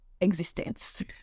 existence